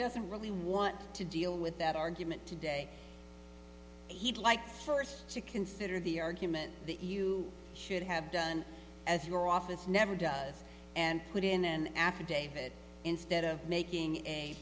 doesn't really want to deal with that argument today he'd like first to consider the argument that you should have done as your office never does and put in an affidavit instead of making a